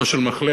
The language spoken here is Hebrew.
לא של מחלף,